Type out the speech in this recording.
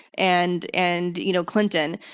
and and, you know, clinton.